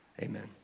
Amen